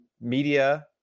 media